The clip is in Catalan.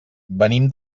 venim